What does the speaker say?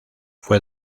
fue